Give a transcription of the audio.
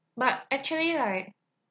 but actually like